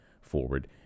forward